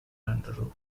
and